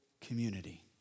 community